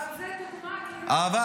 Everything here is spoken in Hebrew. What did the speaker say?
אבל זה דוגמה כאילו --- אין מה להשוות בכלל.